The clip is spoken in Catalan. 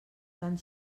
tan